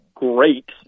great